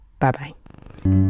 Bye-bye